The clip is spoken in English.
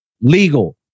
legal